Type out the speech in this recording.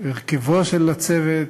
בהרכבו של הצוות,